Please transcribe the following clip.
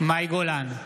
מאי גולן,